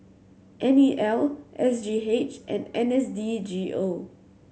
N E L S G H and N S D G O